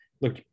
look